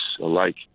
alike